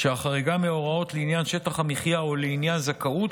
שהחריגה מההוראות לעניין שטח מחיה או לעניין זכאות